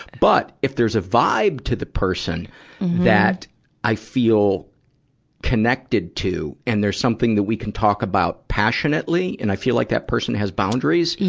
but, if there's a vibe to the person that i feel connected to, and there's something that we can talk about passionately and i feel like that person has boundaries,